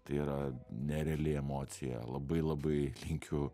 tai yra nereali emocija labai labai linkiu